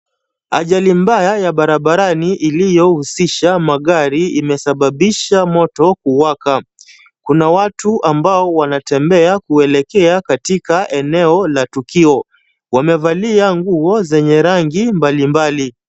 Ajali mbaya ya barabarani iliyohusisha magari imesababisha moto kuwaka. Kuna watu ambao wanatembea kuelekea katika eneo la tukio. Wamevalia nguo zenye rangi mbalimbali.